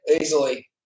easily